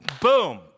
Boom